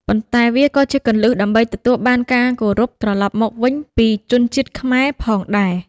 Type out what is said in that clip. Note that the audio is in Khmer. ប៉ុន្តែវាក៏ជាគន្លឹះដើម្បីទទួលបានការគោរពត្រឡប់មកវិញពីជនជាតិខ្មែរផងដែរ។